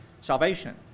Salvation